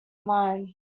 online